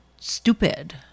stupid